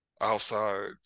Outside